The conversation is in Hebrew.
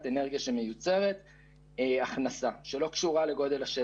אנרגיה שמיוצרת הכנסה שלא קשורה לגודל השטח.